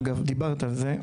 אגב דיברת על זה,